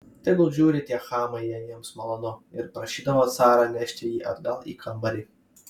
tegul žiūri tie chamai jei jiems malonu ir prašydavo carą nešti jį atgal į kambarį